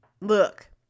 look